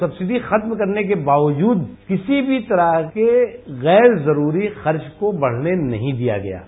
subsidy खत्म करने के बावजूद किसी भी तरह के गैर जरूरी खर्च को बढने नहीं दिया गया है